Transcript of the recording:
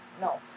No